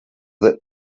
that